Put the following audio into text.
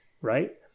right